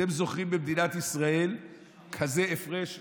אתם זוכרים במדינת ישראל כזה הפרש בין,